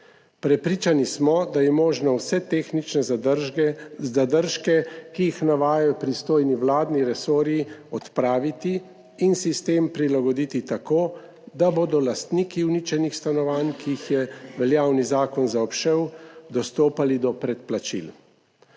Prepričani smo, da je možno vse tehnične zadržke, zadržke, ki jih navajajo pristojni vladni resorji, odpraviti in sistem prilagoditi tako, da bodo lastniki uničenih stanovanj, ki jih je veljavni zakon zaobšel, dostopali do predplačil.